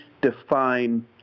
define